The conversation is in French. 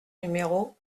numéro